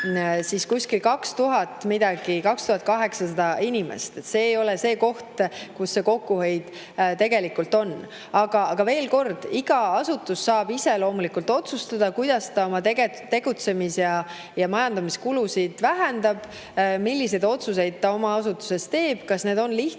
meil 2000 millegagi, 2800 inimest. See ei ole see koht, kus see kokkuhoid tegelikult [peitub]. Aga veel kord: iga asutus saab loomulikult ise otsustada, kuidas ta oma tegutsemis- ja majandamiskulusid vähendab, milliseid otsuseid ta oma asutuses teeb. Kas need on lihtsad?